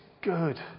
good